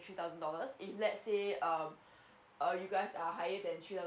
three thousand dollars if let say um err you guys are higher than three thousand